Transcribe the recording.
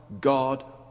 God